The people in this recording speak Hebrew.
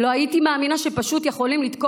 לא הייתי מאמינה שפשוט יכולים לתקוף